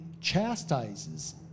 chastises